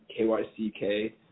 KYCK